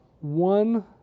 one